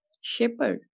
Shepherd